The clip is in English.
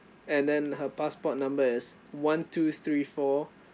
and then her passport number is one two three four